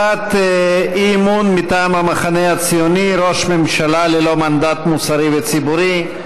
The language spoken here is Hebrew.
הצעת אי-אמון מטעם המחנה הציוני: ראש ממשלה ללא מנדט מוסרי וציבורי.